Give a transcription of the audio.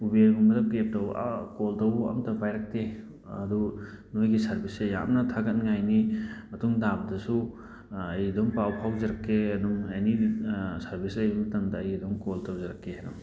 ꯎꯕꯦꯔꯒꯨꯝꯕꯗ ꯇꯧꯕ ꯀꯣꯜ ꯇꯧꯕꯨ ꯑꯝꯇ ꯄꯥꯏꯔꯛꯇꯦ ꯑꯗꯨ ꯅꯣꯏꯒꯤ ꯁꯥꯔꯚꯤꯁꯁꯦ ꯌꯥꯝꯅ ꯊꯥꯒꯠꯅꯤꯡꯉꯥꯏꯅꯤ ꯃꯇꯨꯡ ꯇꯥꯕꯗꯁꯨ ꯑꯩ ꯑꯗꯨꯝ ꯄꯥꯎ ꯐꯥꯎꯖꯔꯛꯀꯦ ꯑꯗꯨꯝ ꯑꯦꯅꯤ ꯁꯥꯔꯚꯤꯁ ꯂꯩꯕ ꯃꯇꯝꯗ ꯑꯩ ꯑꯗꯨꯝ ꯀꯣꯜ ꯇꯧꯖꯔꯛꯀꯦ ꯑꯗꯨꯝ